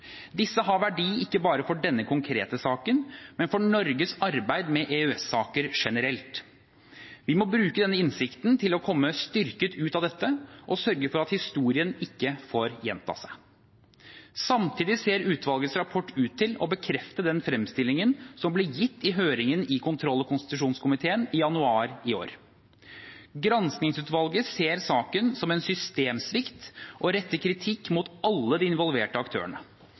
Disse har verdi ikke bare for denne konkrete saken, men for Norges arbeid med EØS-saker generelt. Vi må bruke denne innsikten til å komme styrket ut av dette og sørge for at historien ikke får gjenta seg. Samtidig ser utvalgets rapport ut til å bekrefte den fremstillingen som ble gitt i høringen i kontroll- og konstitusjonskomiteen i januar i år. Granskingsutvalget ser saken som en systemsvikt og retter kritikk mot alle de involverte aktørene.